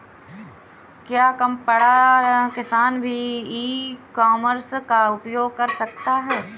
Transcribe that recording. क्या कम पढ़ा लिखा किसान भी ई कॉमर्स का उपयोग कर सकता है?